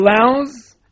allows